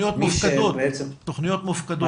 תכניות מופקדות.